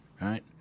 right